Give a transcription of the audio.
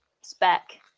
spec